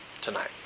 tonight